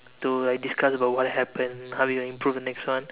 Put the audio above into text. to like discuss about what happened how we gonna improve the next one